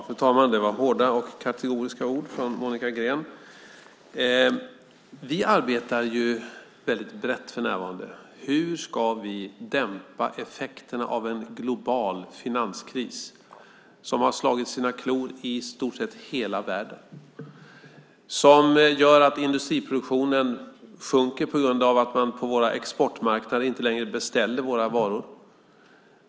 Fru talman! Det var hårda och kategoriska ord från Monica Green. Vi arbetar väldigt brett för närvarande. Hur ska vi dämpa effekterna av en global finanskris som slagit sina klor i stort sett i hela världen? Det är en finanskris som gör att industriproduktionen sjunker på grund av att man på våra exportmarknader inte längre beställer våra varor.